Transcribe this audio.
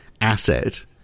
asset